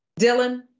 Dylan